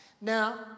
Now